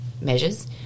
measures